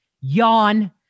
yawn